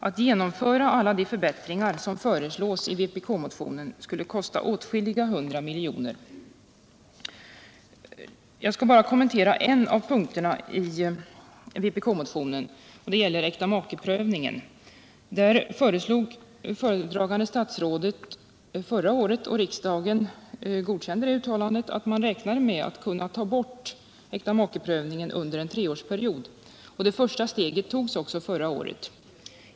Att genomföra alla de förbättringar som föreslås i vpk-motionen skulle kosta åtskilliga hundra miljoner. Jag skall bara kommentera en av punkterna i vpk-motionen, nämligen äktamakeprövningen. Härvidlag föreslog föredragande statsrådet förra året, och riksdagen godkände det, att man skulle ta bort äktamakeprövningen under en treårsperiod. Det första steget togs också förra året.